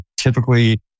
typically